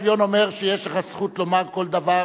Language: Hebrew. כשבית-המשפט העליון אומר לך שיש לך זכות לומר כל דבר,